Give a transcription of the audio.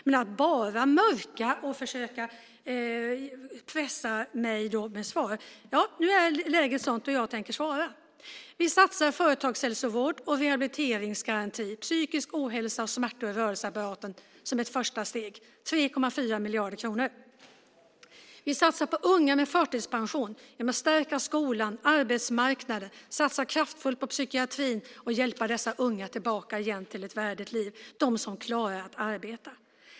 Men han mörkar bara och försöker pressa mig på svar. Nu är läget sådant, och jag tänker svara. Vi satsar 3,4 miljarder kronor på företagshälsovård, på en rehabiliteringsgaranti och på människor med psykisk ohälsa och smärtor i rörelseapparaten som ett första steg. Vi satsar på unga med förtidspension genom att stärka skolan och arbetsmarknaden, satsa kraftfullt på psykiatrin och hjälpa dessa unga som klarar att arbeta tillbaka igen till ett värdigt liv.